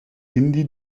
hindi